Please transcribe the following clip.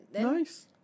Nice